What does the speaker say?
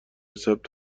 ثبت